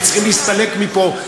הם צריכים להסתלק מפה.